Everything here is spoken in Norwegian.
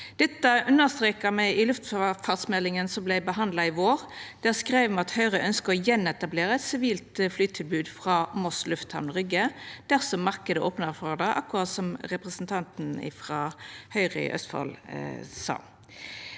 Dette understreka me i luftfartsmeldinga som vart behandla i vår. Der skreiv me at Høgre ønskjer å gjenetablera eit sivilt flytilbod frå Moss lufthamn, Rygge dersom marknaden opnar for det, akkurat som representanten frå Høgre i Østfold sa.